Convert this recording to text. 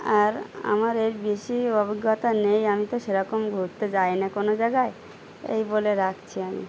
আর আমার এর বেশি অভিজ্ঞতা নেই আমি তো সে রকম ঘুরতে যাই না কোনো জায়গায় এই বলে রাখছি আমি